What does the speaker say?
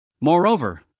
Moreover